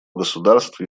государств